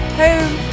home